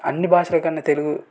అన్ని భాషల కన్నా తెలుగు